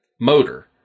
motor